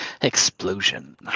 Explosion